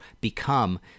become